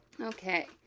Okay